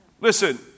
Listen